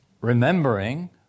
Remembering